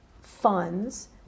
funds